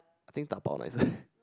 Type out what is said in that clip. I think dabao nicer